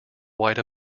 white